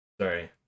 Sorry